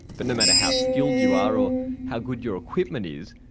but no matter how skilled you are, or how good your equipment is,